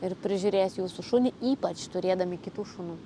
ir prižiūrės jūsų šunį ypač turėdami kitų šunų